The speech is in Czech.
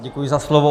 Děkuji za slovo.